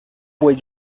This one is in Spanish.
pues